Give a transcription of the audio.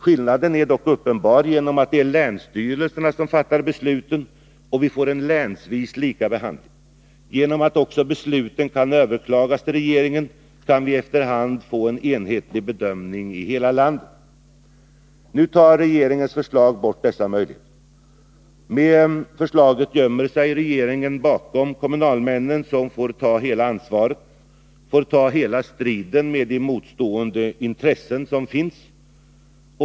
Skillnaden är dock uppenbar, genom att det är länsstyrelserna som fattar besluten, och vi får en länsvis lika behandling. Genom att också besluten kan överklagas till regeringen kan vi efter hand få en enhetlig bedömning i hela landet. Regeringens förslag nu avskaffar dessa möjligheter. Med förslaget gömmer sig regeringen bakom kommunalmännen, som får ta allt ansvar och avgöra hela striden mellan de motstående intressena.